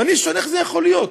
ואני שואל: איך זה יכול להיות?